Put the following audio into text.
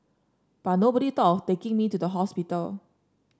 but nobody thought of taking me to the hospital